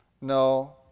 No